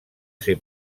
ser